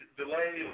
delay